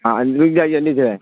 ہے